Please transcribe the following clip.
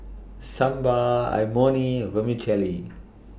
Sambar Imoni and Vermicelli